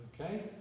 okay